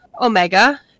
Omega